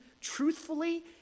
truthfully